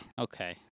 Okay